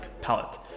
palette